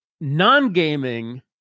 non-gaming